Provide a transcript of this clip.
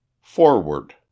FORWARD